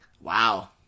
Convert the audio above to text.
wow